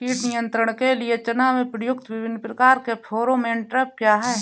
कीट नियंत्रण के लिए चना में प्रयुक्त विभिन्न प्रकार के फेरोमोन ट्रैप क्या है?